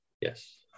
yes